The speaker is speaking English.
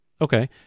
Okay